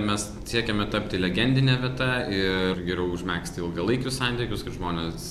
mes siekiame tapti legendine vieta ir geriau užmegzti ilgalaikius santykius kad žmonės